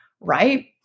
Right